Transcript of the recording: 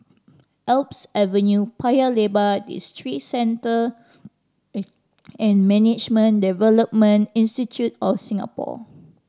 Alps Avenue Paya Lebar Districenter and Management Development Institute of Singapore